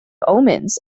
omens